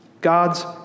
God's